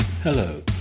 Hello